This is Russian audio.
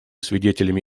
свидетелями